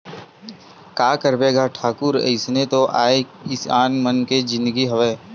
का करबे गा ठाकुर अइसने तो आय किसान मन के जिनगी हवय